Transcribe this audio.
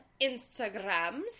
Instagrams